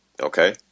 okay